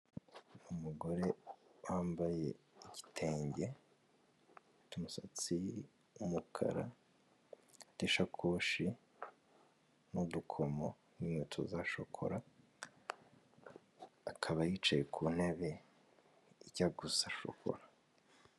Umugore wambaye igitenge ufite umusatsi w'umukara, ufite ishakoshi n'udukomo n'inkweto za shokora, akaba yicaye ku ntebe ijya gusa shokora.